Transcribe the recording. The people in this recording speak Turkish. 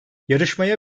yarışmaya